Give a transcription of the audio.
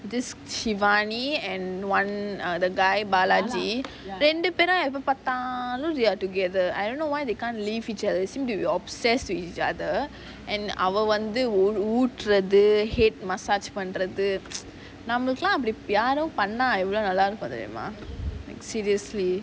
this shivani and one err balaji they are together I don't know why they can't leave each other think they are obsessed with each other and அவ வந்து ஊட்டுறது:ava vanthu ooturathu head massage பண்றது நம்மளுக்கல்லாம் அப்பிடி யாரை பண்ண எவ்ளோ நல்லா இருக்கும் தெரியுமா:pandrathu nammalukalaam apidi yaara panna evlo nallaa irukum teriyumaa seriously